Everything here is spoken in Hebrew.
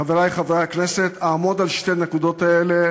חברי חברי הכנסת, אעמוד על שתי הנקודות האלה